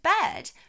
bed